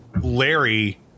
Larry